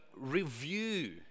review